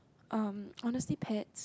um honestly pets